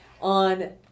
On